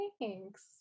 Thanks